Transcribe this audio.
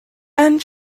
and